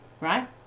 right